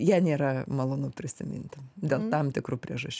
ją nėra malonu prisiminti dėl tam tikrų priežasčių